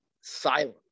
silence